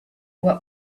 what